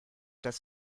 das